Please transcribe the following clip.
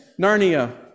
Narnia